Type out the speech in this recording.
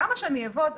למה שאני אעבוד,